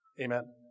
Amen